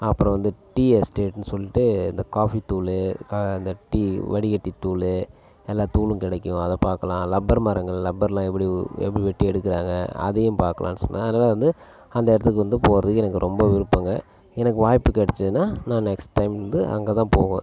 அப்பறம் வந்து டீ எஸ்டேட்னு சொல்லிட்டு இந்த காஃபி தூள் இந்த டீ வடிகட்டி தூள் எல்லா தூள் கிடைக்கும் அதை பார்க்கலாம் இரப்பர் மரங்கள் இரப்பர்ல எப்படி எப்படி வெட்டி எடுக்கிறாங்க அதவும் பார்க்களானு சொன்ன அதனால் வந்து அந்த இடத்துக்கு வந்து போகிறதுக்கு எனக்கு ரொம்ப விருப்பம்ங்க எனக்கு வாய்ப்பு கிடைச்சிதுன்னா நான் நெஸ்ட் டைம் வந்து அங்கே தான் போவன்